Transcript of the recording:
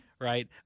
Right